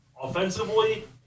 offensively